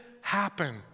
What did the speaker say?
happen